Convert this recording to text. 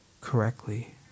correctly